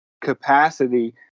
capacity